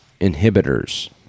inhibitors